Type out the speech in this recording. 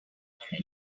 remember